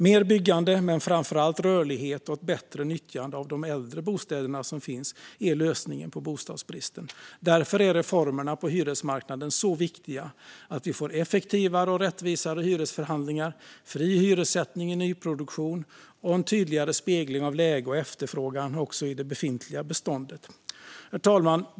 Mer byggande, men framför allt rörlighet och ett bättre nyttjande av de äldre bostäder som finns, är lösningen på bostadsbristen. Därför är reformerna på hyresmarknaden så viktiga - att vi får effektivare och rättvisare hyresförhandlingar, fri hyressättning i nyproduktion och en tydligare spegling av läge och efterfrågan också i det befintliga beståndet. Herr talman!